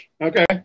Okay